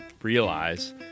Realize